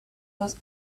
was